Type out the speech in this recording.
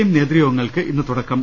M നേതൃയോഗങ്ങൾക്ക് ഇന്ന് തുടക്കം